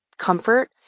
comfort